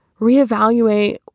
reevaluate